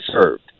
served